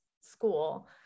school